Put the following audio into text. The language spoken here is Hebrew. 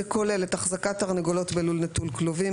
זה כולל את החזקת התרגולות בלול נטול כלובים,